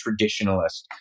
traditionalist